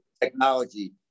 technology